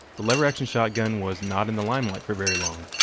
the lever-action shotgun was not in the limelight for very long,